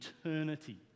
eternity